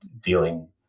dealing